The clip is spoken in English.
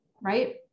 right